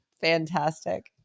Fantastic